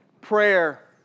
prayer